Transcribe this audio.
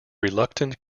reluctant